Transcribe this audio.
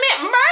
murder